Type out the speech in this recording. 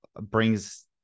brings